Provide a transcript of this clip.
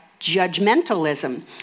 judgmentalism